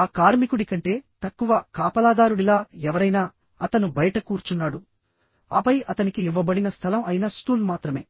ఆ కార్మికుడి కంటే తక్కువ కాపలాదారుడిలా ఎవరైనా అతను బయట కూర్చున్నాడు ఆపై అతనికి ఇవ్వబడిన స్థలం అయిన స్టూల్ మాత్రమే